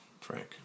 Frank